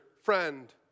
Friend